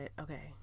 okay